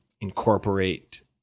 incorporate